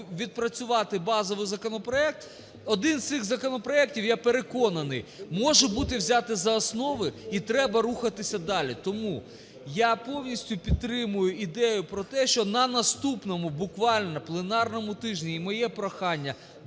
відпрацювати базовий законопроект. Один з цих законопроектів, я переконаний, може бути взятий за основу, і треба рухатися далі. Тому я повністю підтримую ідею про те, що на наступному буквально пленарному тижні, і моє прохання